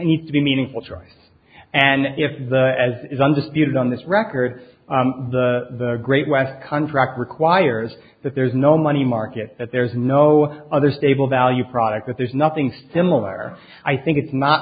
need to be meaningful trying and if the as is undisputed on this record the great west contract requires that there is no money market that there is no other stable value product that there's nothing similar i think it's not